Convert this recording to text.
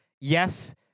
yes